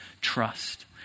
trust